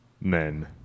men